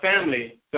family